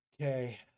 okay